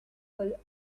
full